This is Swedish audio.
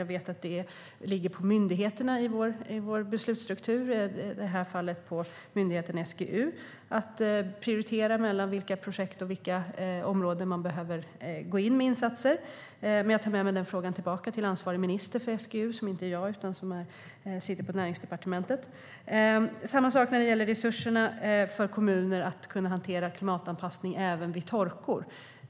Jag vet att det ligger på myndigheterna i vår beslutsstruktur, i det här fallet på SGU, att prioritera mellan i vilka projekt och områden man behöver gå in med insatser. Men jag tar med mig den frågan tillbaka till ansvarig minister för SGU, som inte är jag utan som sitter på Näringsdepartementet.Samma sak gäller resurserna för kommuner att kunna hantera klimatanpassning även vid torka.